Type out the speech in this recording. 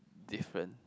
different